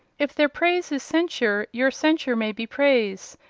if their praise is censure, your censure may be praise,